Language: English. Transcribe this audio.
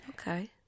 Okay